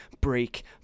Break